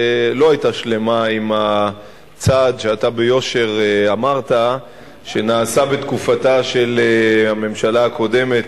לא היתה שלמה עם הצעד שאתה ביושר אמרת שנעשה בתקופתה של הממשלה הקודמת,